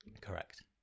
Correct